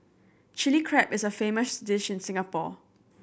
Chilli Crab is a famous dish in Singapore